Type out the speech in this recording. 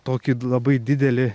tokį labai didelį